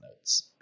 notes